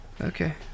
Okay